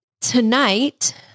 tonight